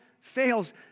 fails